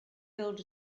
build